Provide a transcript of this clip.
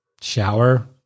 shower